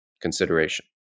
consideration